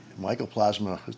mycoplasma